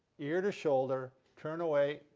ear to shoulder, turn away,